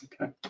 okay